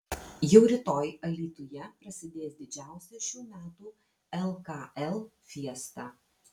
jau rytoj alytuje prasidės didžiausia šių metų lkl fiesta